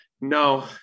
No